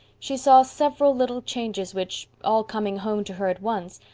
she saw several little changes which, all coming home to her at once,